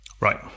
Right